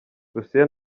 russia